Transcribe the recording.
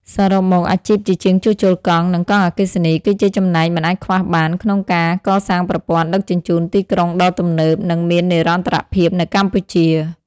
សរុបមក អាជីពជាជាងជួសជុលកង់ និងកង់អគ្គិសនី គឺជាចំណែកមិនអាចខ្វះបានក្នុងការកសាងប្រព័ន្ធដឹកជញ្ជូនទីក្រុងដ៏ទំនើប និងមាននិរន្តរភាពនៅកម្ពុជា។